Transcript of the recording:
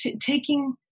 taking